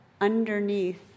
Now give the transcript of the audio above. underneath